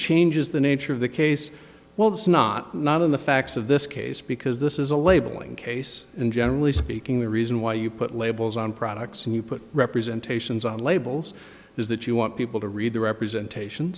changes the nature of the case well that's not not in the facts of this case because this is a labeling case and generally speaking the reason why you put labels on products and you put representations on labels is that you want people to read the representation